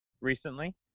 recently